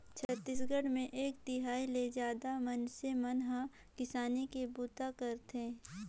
छत्तीसगढ़ मे एक तिहाई ले जादा मइनसे मन हर किसानी के बूता करथे